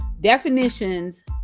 definitions